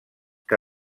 que